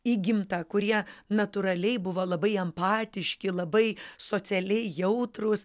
įgimta kurie natūraliai buvo labai empatiški labai socialiai jautrūs